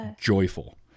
joyful